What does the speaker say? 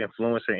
influencer